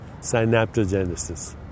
synaptogenesis